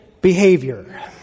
behavior